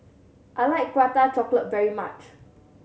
I like Prata Chocolate very much